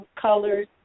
colors